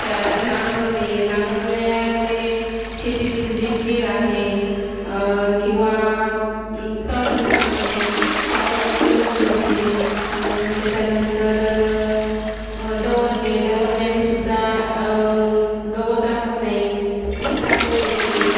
त्या नांगरणे नांगरण्यामुळे शेतीतील जे कीड आहे किंवा तण आहे त्यावर नियंत्रण मिळते त्याच्यानंतर डवरणे डवरण्यानेसुद्धा गवत राहत नाही पीक चांगलं येते